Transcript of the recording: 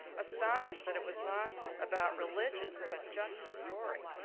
astonished that it was not about religion but just a story.